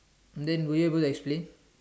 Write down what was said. then were you able to explain